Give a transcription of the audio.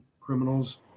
criminals